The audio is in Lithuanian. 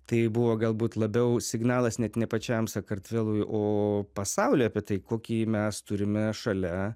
tai buvo galbūt labiau signalas net ne pačiam sakartvelui o pasauliui apie tai kokį mes turime šalia